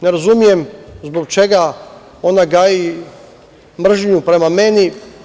Ne razumem zbog čega ona gaji mržnju prema meni.